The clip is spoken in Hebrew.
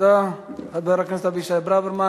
תודה, חבר הכנסת אבישי ברוורמן.